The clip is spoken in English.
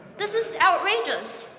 this is outrageous,